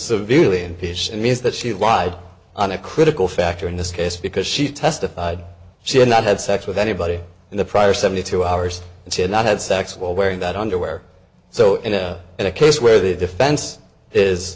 severely and pish means that she lied on a critical factor in this case because she testified she had not had sex with anybody in the prior seventy two hours and she had not had sex while wearing that underwear so in a case where the defense is